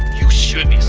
you should